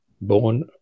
born